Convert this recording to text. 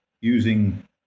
using